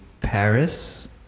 Paris